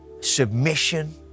submission